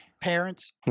parents